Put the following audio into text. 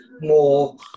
more